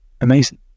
Amazing